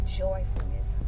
joyfulness